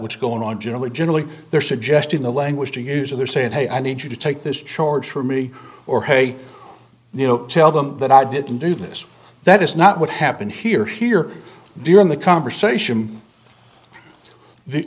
what's going on generally generally they're suggesting the language they use or say hey i need you to take this charge for me or hey you know tell them that i didn't do this that is not what happened here here during the conversation the